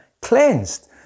cleansed